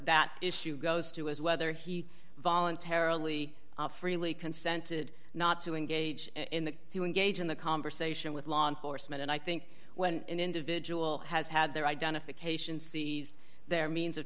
that issue goes to is whether he voluntarily freely consented not to engage in that to engage in the conversation with law enforcement and i think when an individual has had their identification seized their means of